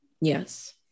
Yes